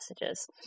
messages